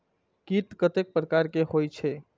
कीट कतेक प्रकार के होई छै?